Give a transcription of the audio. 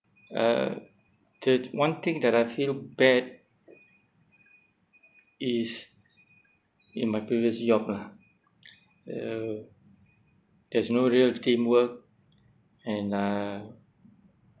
uh the one thing that I feel bad is in my previous job lah uh there's no real teamwork and uh